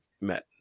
met